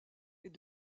est